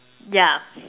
yeah